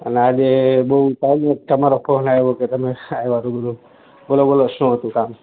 અને આજે બહુ ટાઈમે તમારો ફોન આવ્યો કે તમે આવ્યા રુબરુ બોલો બોલો શું હતું કામ